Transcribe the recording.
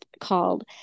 called